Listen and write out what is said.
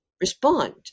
respond